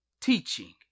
teaching